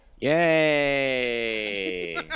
Yay